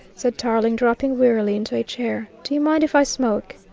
said tarling, dropping wearily into a chair. do you mind if i smoke?